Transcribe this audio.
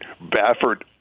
Baffert